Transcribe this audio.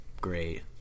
great